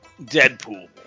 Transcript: Deadpool